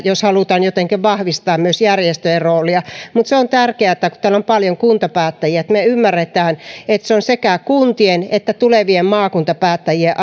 jos halutaan jotenkin vahvistaa myös järjestöjen roolia mutta se on tärkeää kun täällä on paljon kuntapäättäjiä että me ymmärrämme että on sekä kuntien että tulevien maakuntapäättäjien